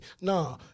nah